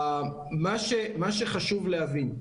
מה שחשוב להבין,